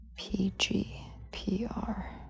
PGPR